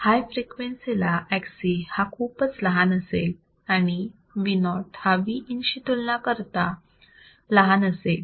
हाय फ्रिक्वेन्सीला Xc हा खूपच लहान असेल आणि Vo हा Vin शी तुलना करता लहान असेल